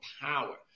power